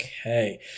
okay